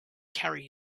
carry